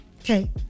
okay